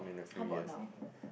how about now